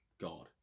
God